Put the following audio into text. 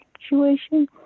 situation